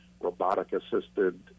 robotic-assisted